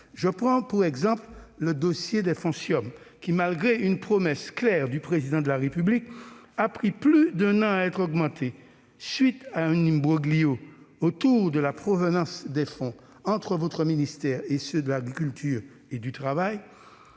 de prendre l'exemple des fonds CIOM, qui, malgré une promesse claire du Président de la République, ont pris plus d'un an pour être augmenté, à la suite d'un imbroglio autour de la provenance des fonds entre votre ministère et ceux de l'agriculture et du travail.